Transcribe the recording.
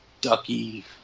Ducky